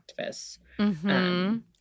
activists